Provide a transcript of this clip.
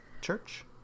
church